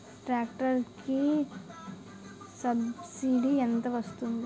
Tractor కి subsidy ఎంత వస్తుంది?